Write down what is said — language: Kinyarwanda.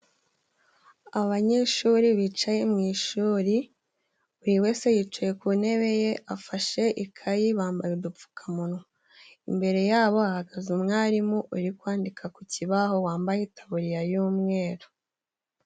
Abanyeshuri bicaye mu ishuri, buri wese yicaye ku ntebe ye afashe ikayi, bambaye udupfukamunwa. Imbere ya bo hagaze umwarimu uri kwandika ku kibaho wambaye itaboburiya y'umweru.